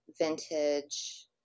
vintage